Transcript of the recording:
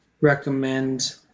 recommend